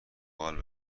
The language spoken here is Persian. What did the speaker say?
قال